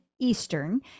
Eastern